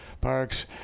parks